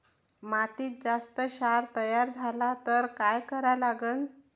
मातीत जास्त क्षार तयार झाला तर काय करा लागन?